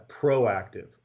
proactive